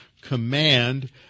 command